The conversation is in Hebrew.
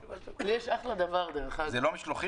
זה כולל משלוחים?